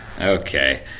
Okay